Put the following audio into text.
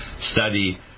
study